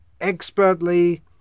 expertly